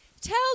tell